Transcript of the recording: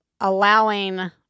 allowing